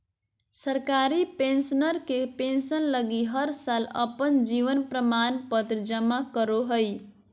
सरकारी पेंशनर के पेंसन लगी हर साल अपन जीवन प्रमाण पत्र जमा करो हइ